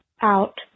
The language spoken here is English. out